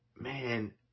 Man